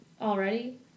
already